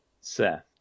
Seth